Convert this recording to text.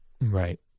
Right